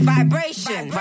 Vibration